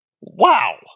wow